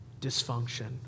dysfunction